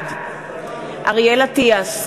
בעד אריאל אטיאס,